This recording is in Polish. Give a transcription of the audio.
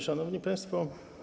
Szanowni Państwo!